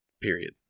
Period